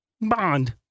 Bond